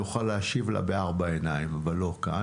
אני אוכל להשיב לה בארבע עיניים, אבל לא כאן.